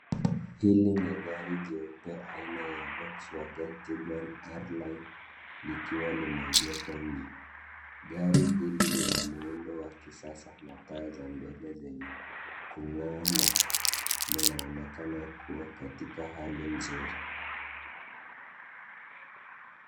Hili ni gari jeupe aina ya Volkswagen Tiguan R-Line likiwa limeegeshwa nje. Gari hili lina muundo wa kisasa na taa za mbele zinazidi kung'aa na linaonekana kuwa katika hali nzuri.